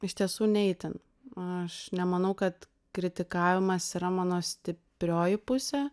iš tiesų ne itin aš nemanau kad kritikavimas yra mano stiprioji pusė